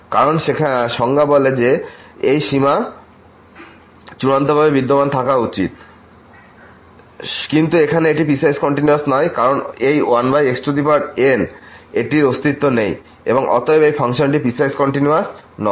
কারণ সংজ্ঞা বলে যে এই সমস্ত সীমা চূড়ান্তভাবে বিদ্যমান থাকা উচিত কিন্তু এখানে এটিপিসওয়াইস কন্টিনিউয়াস নয় কারণ এই 1xn এটির অস্তিত্ব নেই এবং অতএব এই ফাংশনটিপিসওয়াইস কন্টিনিউয়াস নয়